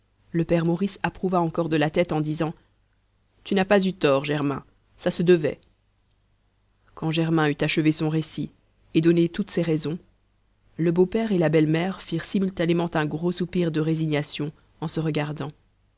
le père maurice approuva encore de la tête en disant tu n'as pas eu tort germain ça se devait quand germain eut achevé son récit et donné toutes ses raisons le beau-père et la belle-mère firent simultanément un gros soupir de résignation en se regardant